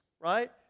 right